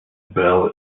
bell